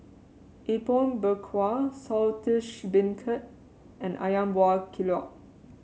Apom Berkuah Saltish Beancurd and ayam Buah Keluak